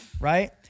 right